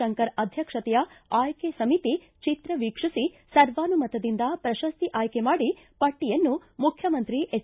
ಶಂಕರ್ ಅಧ್ಯಕ್ಷತೆಯ ಆಯ್ಕೆ ಸಮಿತಿ ಚಿತ್ರ ವೀಕ್ಷಿಸಿ ಸರ್ವಾನುಮತದಿಂದ ಪ್ರಶಸ್ತಿ ಆಯ್ಕೆ ಮಾಡಿ ಪಟ್ಟಿಯನ್ನು ಮುಖ್ಯಮಂತ್ರಿ ಎಚ್